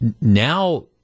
now